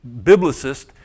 biblicist